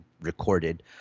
recorded